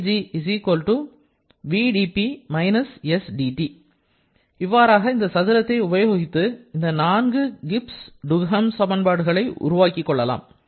dg vdP - sdT இவ்வாறாக இந்த சதுரத்தை உபயோகித்து இந்த நான்கு கிப்ஸ் டுகம் சமன்பாடுகளை நாம் உருவாக்கிக் கொள்ளலாம்